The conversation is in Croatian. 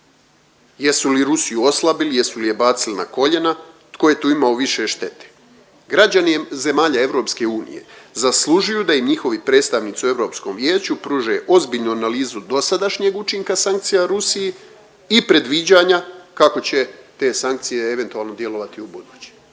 Jesu li Rusiju oslabili, jesu li je bacili na koljena, tko je tu imao više štete? Građani zemalja EU zaslužuju da im njihovi predstavnici u Europskom vijeću pruže ozbiljnu analizu dosadašnjeg učinka sankcija Rusiji i predviđanja kako će te sankcije eventualno djelovati u buduće.